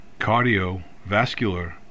cardiovascular